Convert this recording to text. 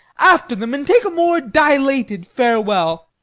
after them, and take a more dilated farewell.